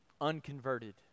unconverted